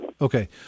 Okay